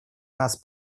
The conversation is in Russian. нас